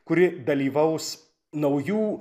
kuri dalyvaus naujų